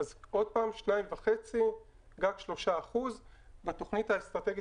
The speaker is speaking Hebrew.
אז עוד פעם 2.5% גג 3% בתכנית האסטרטגית